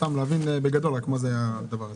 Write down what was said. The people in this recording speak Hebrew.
סתם להבין בגדול מה הדבר הזה.